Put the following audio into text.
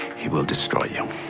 he will destroy you.